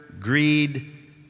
greed